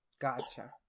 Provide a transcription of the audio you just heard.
Gotcha